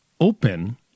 Open